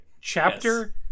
chapter